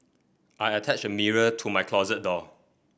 I attached a mirror to my closet door